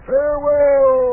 Farewell